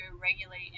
regulate